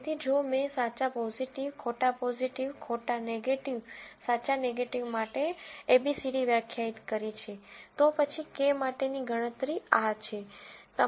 તેથી જો મેં સાચા પોઝીટિવ ખોટા પોઝીટિવ ખોટા નેગેટીવ સાચા નેગેટીવ માટે એબીસીડી વ્યાખ્યાયિત કરી છે તો પછી Κ માટેની ગણતરી આ છે